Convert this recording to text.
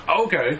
Okay